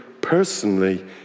personally